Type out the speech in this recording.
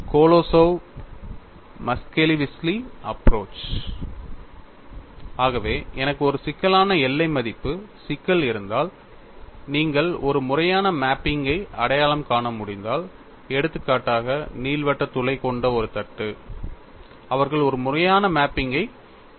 Kolosov Muskhelishvili approach ஆகவே எனக்கு ஒரு சிக்கலான எல்லை மதிப்பு சிக்கல் இருந்தால் நீங்கள் ஒரு முறையான மேப்பிங்கை அடையாளம் காண முடிந்தால் எடுத்துக்காட்டாக நீள்வட்ட துளை கொண்ட ஒரு தட்டு அவர்கள் ஒரு முறையான மேப்பிங்கைக் காணலாம்